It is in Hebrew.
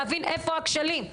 להבין איפה הכשלים.